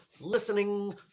listening